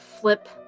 flip